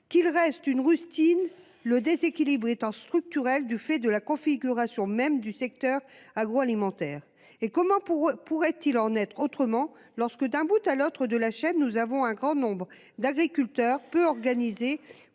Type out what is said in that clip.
Il reste une rustine, le déséquilibre étant structurel du fait de la configuration même du secteur agroalimentaire. Comment pourrait-il en être autrement, alors que d'un bout à l'autre de la chaîne nous avons les agriculteurs, nombreux, mais peu organisés